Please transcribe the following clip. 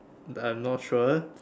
uh not sure